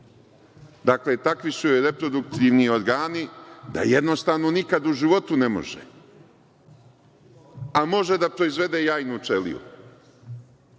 može, takvi su joj reproduktivni organi da jednostavno nikad u životu ne može, a može da proizvede jajnu ćeliju,